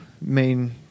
main